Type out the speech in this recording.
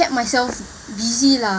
get myself busy lah